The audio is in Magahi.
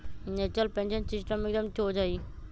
नेशनल पेंशन सिस्टम एकदम शोझ हइ